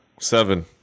Seven